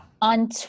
On